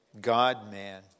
God-man